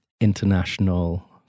international